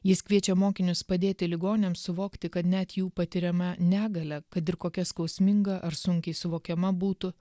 jis kviečia mokinius padėti ligoniams suvokti kad net jų patiriama negalia kad ir kokia skausminga ar sunkiai suvokiama būtų